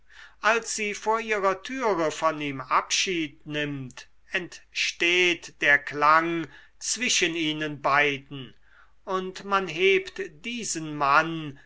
als sie vor ihrer türe von ihm abschied nimmt entsteht der klang zwischen ihnen beiden und man hebt diesen mann